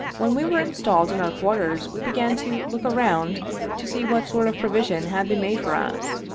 when we were installed in our quarters we began to look around to see what sort of provision had been made for us.